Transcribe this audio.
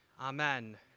Amen